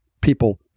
people